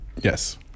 Yes